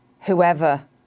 whoever